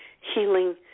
healing